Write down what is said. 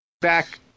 back